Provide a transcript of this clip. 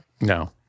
No